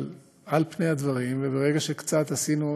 אבל על פני הדברים, ברגע שקצת עשינו